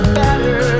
better